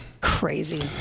Crazy